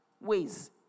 ways